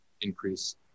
increase